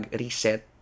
reset